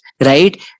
Right